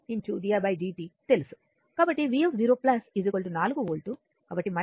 కాబట్టి v0 4 volt కాబట్టి మనకు తెలుసు